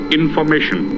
information